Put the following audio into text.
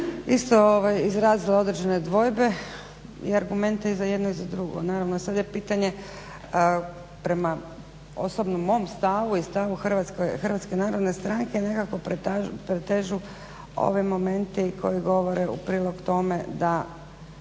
isto izrazila određene dvojbe i argumente i za jedno i za drugo. Naravno, sad je pitanje prema osobno mom stavu i stavu Hrvatske narodne stranke nekako pretežu ovi momenti koji govore u prilog tome da